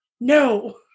no